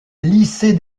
lycée